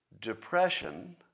depression